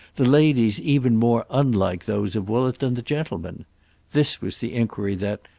the ladies even more unlike those of woollett than the gentlemen this was the enquiry that,